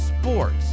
sports